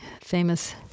Famous